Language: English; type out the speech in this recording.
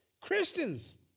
Christians